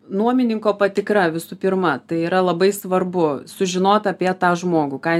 nuomininko patikra visų pirma tai yra labai svarbu sužinot apie tą žmogų ką